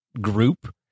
group